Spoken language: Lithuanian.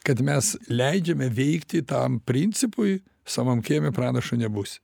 kad mes leidžiame veikti tam principui savam kieme pranašu nebūsi